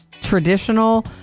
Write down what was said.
traditional